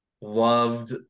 loved